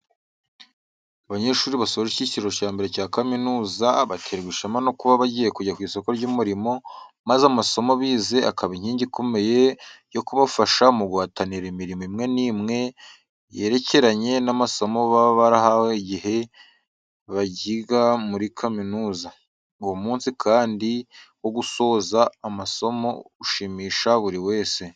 Abanyeshuri basoje icyiciro cya mbere cya kaminuza, baterwa ishema no kuba bagiye kujya ku isoko ry'umurimo maze amasomo bize akaba inkingi ikomeye yo kubafasha mu guhatanira imirimo imwe n'imwe yerekeranye n'amasomo baba barahawe igihe bagiga muri kaminuza. Uwo munsi kandi wo gusoza amasomo, ushimisha buri wese.